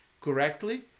correctly